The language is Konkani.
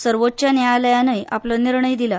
सर्वोच्च न्यायालयान आपलो निर्णय दिला